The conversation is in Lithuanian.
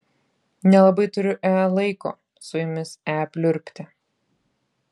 nelabai turiu e laiko su jumis e pliurpti